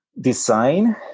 design